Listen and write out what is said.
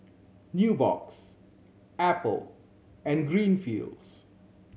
Nubox Apple and Greenfields